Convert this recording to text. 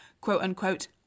quote-unquote